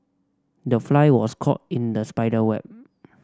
the fly was caught in the spider web